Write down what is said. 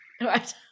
Right